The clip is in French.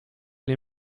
les